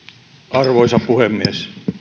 arvoisa puhemies